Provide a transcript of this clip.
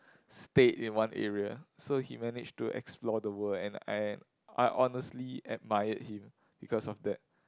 stayed in one area so he managed to explore the world and I I honestly admired him because of that